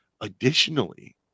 Additionally